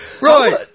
Right